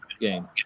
game